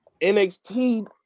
NXT